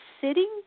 sitting